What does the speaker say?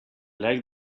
like